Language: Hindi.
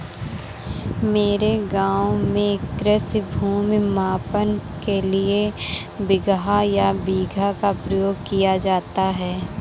मेरे गांव में कृषि भूमि मापन के लिए बिगहा या बीघा का प्रयोग किया जाता है